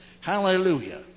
Hallelujah